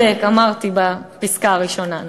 יוצאי אתיופיה, צודק, אמרתי בפסקה הראשונה.